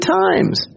times